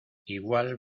igual